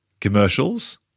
commercials